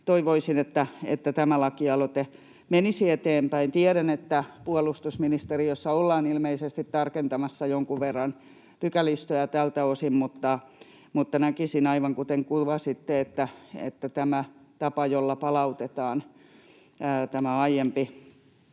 toivoisin, että tämä lakialoite menisi eteenpäin. Tiedän, että puolustusministeriössä ollaan ilmeisesti tarkentamassa jonkin verran pykälistöä tältä osin, mutta näkisin, aivan kuten kuvasitte, että tämä tapa, jolla palautetaan aiempi